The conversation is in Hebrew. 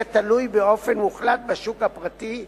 יהיה תלוי באופן מוחלט בשוק הפרטי,